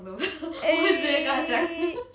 eh